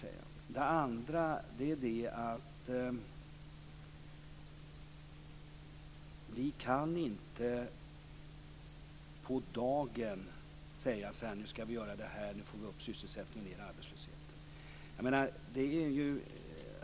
Det är det ena som jag ville säga. Det andra är att vi inte på dagen kan säga: Nu skall göra det och det. Nu får vi upp sysselsättningen och ned arbetslösheten.